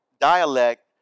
dialect